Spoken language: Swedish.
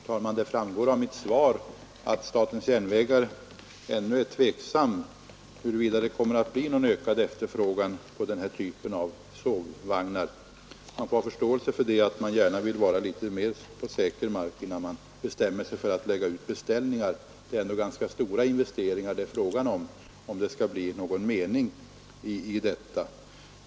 Herr talman! Det framgår av mitt svar att SJ ännu ställer sig tveksamt till huruvida det kommer att bli någon ökad efterfrågan på den här typen av sovvagnar. Man får ha litet förståelse för att SJ gärna vill vara litet mer på säker mark innan SJ bestämmer sig för att lägga ut beställningar. Det är dock om det skall bli någon mening i detta fråga om ganska stora investeringar.